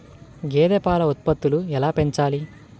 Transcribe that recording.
గేదె పాల ఉత్పత్తులు ఎలా పెంచాలి?